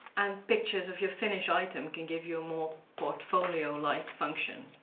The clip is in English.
and pictures of your finished item can give you a more portfolio-like function.